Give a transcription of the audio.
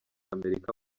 amerika